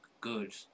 good